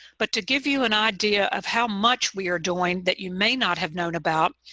but to give you an idea of how much we are doing that you may not have known about,